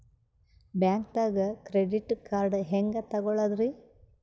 ಬ್ಯಾಂಕ್ದಾಗ credit card ಹೆಂಗ್ ತಗೊಳದ್ರಿ?